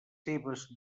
seves